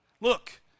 Look